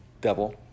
devil